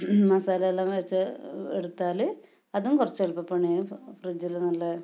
മസാലയെല്ലാം വെച്ച് എടുത്താൽ അതും കുറച്ച് എളുപ്പപ്പണിയാകും ഫ്രിഡ്ജിൽ നല്ല